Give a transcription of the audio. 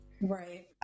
Right